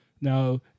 Now